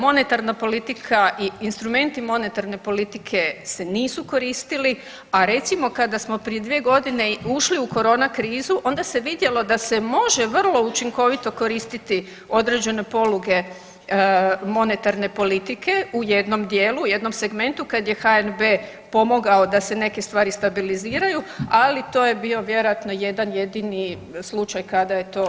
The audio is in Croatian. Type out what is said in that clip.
Monetarna politika i instrumenti monetarne politike se nisu koristili, a recimo kada smo prije dvije godine ušli u korona krizu onda se vidjelo da se može vrlo učinkovito koristiti određene poluge monetarne politike u jednom dijelu, u jednom segmentu kad je HNB pomogao da se neke stvari stabiliziraju, ali to je bio vjerojatno jedan jedini slučaj kada je to iskorišteno.